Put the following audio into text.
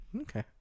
Okay